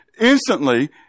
Instantly